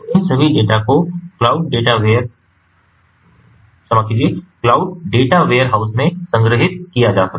तो इन सभी डेटा को क्लाउड डेटा वेयर हाउस में संग्रहीत किया जा सकता है